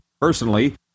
personally